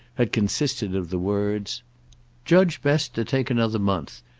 had consisted of the words judge best to take another month,